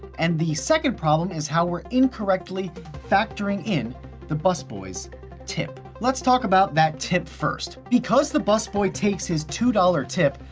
and the second problem is how we're incorrectly factoring in the bus boy's tip. let's talk about that tip first. because the bus boy takes his two dollars tip,